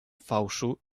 fałszu